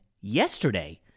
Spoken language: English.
yesterday